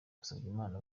musabyimana